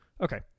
Okay